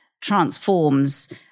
transforms